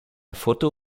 photo